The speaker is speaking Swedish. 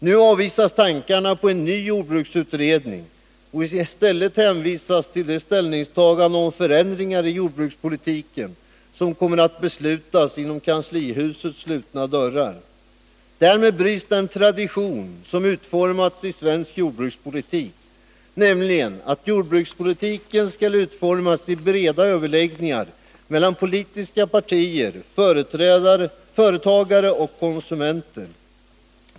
Nu avvisas tankarna på en ny jordbruksutredning, och i stället hänvisas till de ställningstaganden om förändringar i jordbrukspolitiken som kommer att göras inom kanslihusets slutna dörrar. Därmed bryts den tradition som vi har haft i svensk jordbrukspolitik, nämligen att jordbrukspolitiken skall utformas i breda överläggningar mellan politiska partier, företagare och konsumenter.